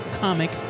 comic